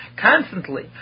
constantly